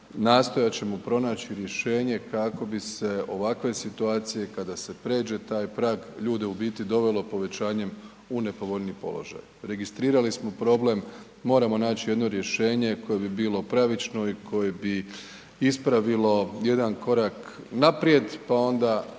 nastojat ćemo pronaći rješenje kako bi se ovakve situacije kada se pređe taj prag ljude, u biti dovelo povećanjem u nepovoljniji položaj. Registrirali smo problem, moramo naći jedno rješenje koje bi bilo pravično i koje bi ispravilo jedan korak naprijed, pa onda